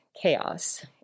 chaos